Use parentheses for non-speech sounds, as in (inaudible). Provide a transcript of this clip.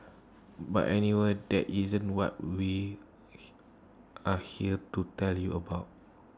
but anyway that isn't what we (noise) are here to tell you about